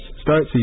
start